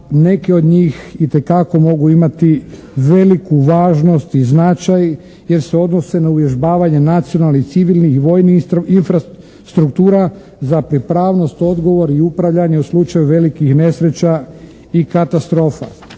neke od njih itekako mogu imati veliku važnost i značaj jer se odnose na uvježbavanje nacionalnih, civilnih i vojnih infrastruktura za pripravnost, odgovor i upravljanje u slučaju velikih nesreća i katastrofa.